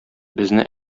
безне